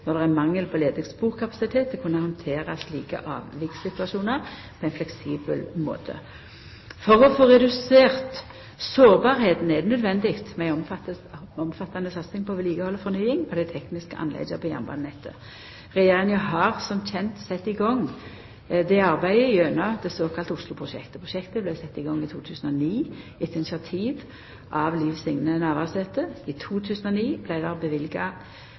handtera slike avviksituasjonar på ein fleksibel måte. For å få redusert sårbarheita er det naudsynt med ei omfattande satsing på vedlikehald og fornying av dei tekniske anlegga på jernbanenettet. Regjeringa har som kjent sett i gang dette arbeidet gjennom det såkalla Oslo-prosjektet. Prosjektet vart sett i gang i 2009 etter initiativ av Liv Signe Navarsete. I 2009 vart det